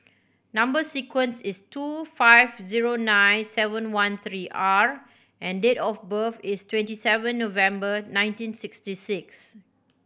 number sequence is two five zero nine seven one three R and date of birth is twenty seven November nineteen sixty six